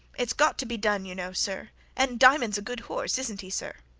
it's got to be done, you know, sir and diamond's a good horse isn't he, sir?